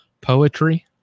poetry